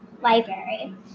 library